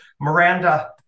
miranda